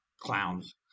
Clowns